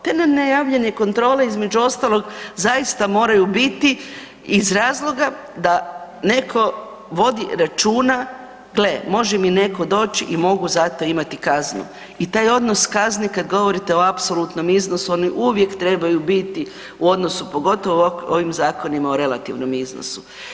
Te nenajavljene kontrole, između ostalog, zaista moraju biti iz razloga da netko vodi računa, gle, može mi netko doći i mogu zato imati kazni i taj odnos kazni kad govorite o apsolutnom iznosu, one uvijek trebaju biti u odnosu, pogotovo ovim zakonima, u relativnom iznosu.